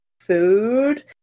food